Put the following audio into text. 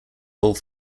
whole